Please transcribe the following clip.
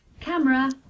camera